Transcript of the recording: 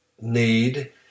need